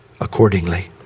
accordingly